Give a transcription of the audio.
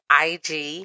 IG